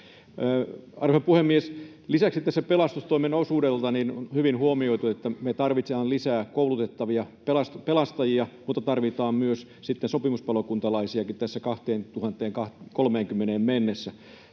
Arvoisa puhemies! Lisäksi tässä pelastustoimen osuudessa on hyvin huomioitu, että me tarvitaan lisää koulutettavia pelastajia mutta tarvitaan myös sitten sopimuspalokuntalaisia vuoteen 2030 mennessä.